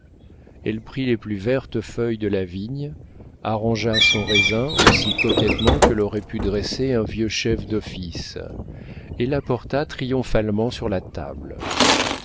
elle prit les plus vertes feuilles de la vigne arrangea son raisin aussi coquettement que l'aurait pu dresser un vieux chef d'office et l'apporta triomphalement sur la table